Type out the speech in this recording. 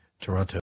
Toronto